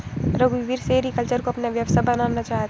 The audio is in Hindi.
रघुवीर सेरीकल्चर को अपना व्यवसाय बनाना चाहता है